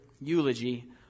eulogy